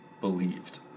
believed